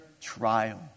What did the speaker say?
trial